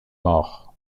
mort